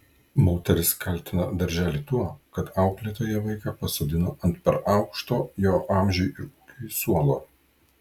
moteris kaltina darželį tuo kad auklėtoja vaiką pasodino ant per aukšto jo amžiui ir ūgiui suolo